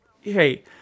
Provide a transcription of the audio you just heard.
hey